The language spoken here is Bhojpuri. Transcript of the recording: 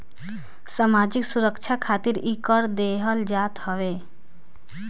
सामाजिक सुरक्षा खातिर इ कर देहल जात हवे